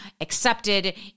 accepted